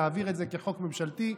להעביר את זה כחוק ממשלתי,